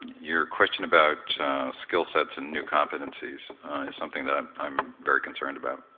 your question about skill sets and new competencies is something that i'm i'm very concerned about.